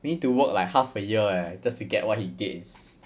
you need to work like half a year eh just to get what he gains